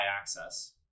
access